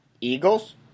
Eagles